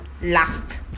last